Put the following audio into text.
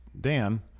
Dan